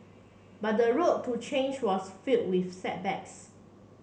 but the road to change was fill with setbacks